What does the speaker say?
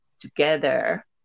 together